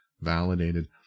validated